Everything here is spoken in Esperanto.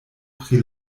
pri